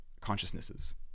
consciousnesses